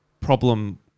problem